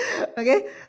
Okay